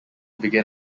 begin